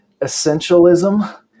essentialism